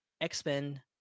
X-Men